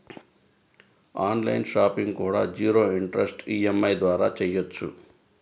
on line shopping కూడా zero interest EMI ద్వారా చెయ్యొచ్చు